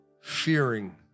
fearing